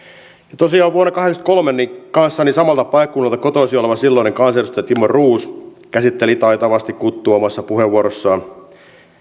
tosiaan vuonna kahdeksankymmentäkolme kanssani samalta paikkakunnalta kotoisin oleva silloinen kansanedustaja timo roos käsitteli taitavasti kuttua omassa puheenvuorossaan